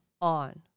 on